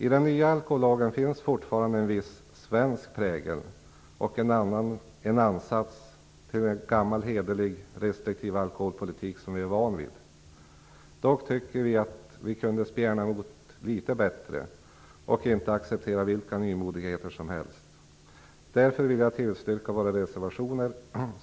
I den nya alkohollagen finns fortfarande en viss svensk prägel och en ansats till en gammal hederlig restriktiv alkoholpolitik som vi är vana vid. Vi tycker dock att vi kunde spjärna emot litet bättre och inte acceptera vilka nymodigheter som helst. Därför vill jag yrka bifall till våra reservationer.